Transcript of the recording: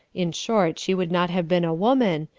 in short, she would not have been a woman,